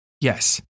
yes